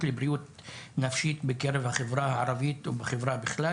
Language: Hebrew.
לבריאות נפשית בקרב החברה הערבית ובחברה בכלל,